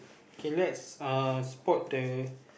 okay let's uh spot the